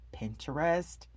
Pinterest